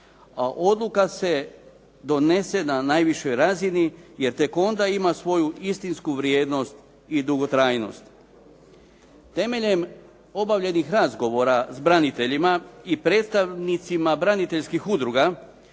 odluka se donese na najvišoj razini, jer tek onda ima svoju istinsku vrijednost i dugotrajnost. Temeljem obavljenih razgovora s braniteljima i predstavnicima braniteljskih udruga,